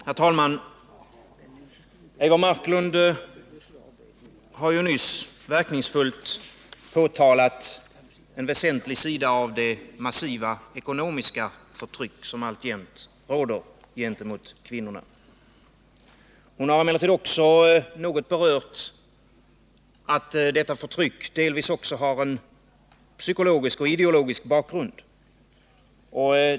Herr talman! Eivor Marklund har nyss verkningsfullt påtalat en väsentlig sida av det massiva ekonomiska förtryck som alltjämt råder gentemot kvinnorna. Hon har emellertid även något berört att detta förtryck delvis också har en psykologisk och ideologisk bakgrund.